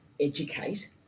educate